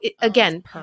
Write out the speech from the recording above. again